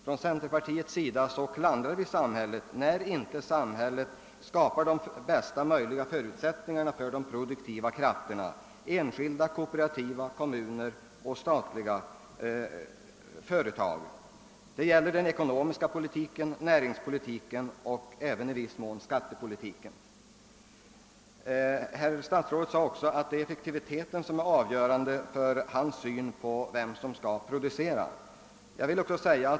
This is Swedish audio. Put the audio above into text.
Från centerpartiets sida gör vi det när samhället inte genom den ekonomiska politiken, näringspolitiken och i viss mån även genom skattepolitiken, skapar bästa möjliga förutsättningar för de produktiva krafterna — enskilda, kooperativa, kommunala och statliga företag. Herr statsrådet sade vidare att det är effektiviteten som är avgörande för hans syn på frågan om vem som skall producera.